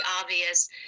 obvious